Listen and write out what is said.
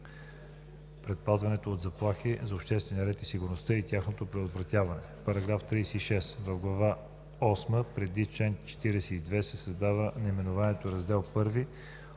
предпазването от заплахи за обществения ред и сигурност и тяхното предотвратяване“. § 36. В глава осма преди чл. 42 се създава наименование „Раздел I